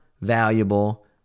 valuable